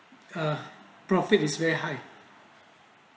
ah probit is where high